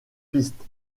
piste